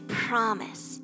promise